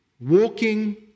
Walking